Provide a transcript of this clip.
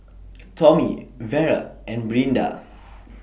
Tommie Vera and Brinda